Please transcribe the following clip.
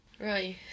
Right